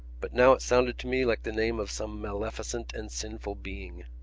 but now it sounded to me like the name of some maleficent and sinful being.